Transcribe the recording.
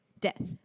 death